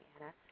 Anna